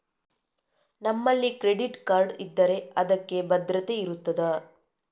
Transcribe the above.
ನಮ್ಮಲ್ಲಿ credit card ಇದ್ದರೆ ಅದಕ್ಕೆ ಭದ್ರತೆ ಇರುತ್ತದಾ?